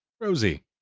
Rosie